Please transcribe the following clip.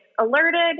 alerted